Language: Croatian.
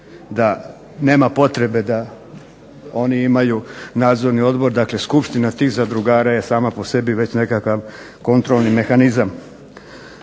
da nema potrebe da oni imaju nadzorni odbor, dakle skupština tih zadruga je sama po sebi već nekakav kontrolni mehanizam.